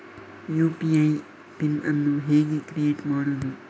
UPI PIN ಅನ್ನು ಹೇಗೆ create ಮಾಡುದು?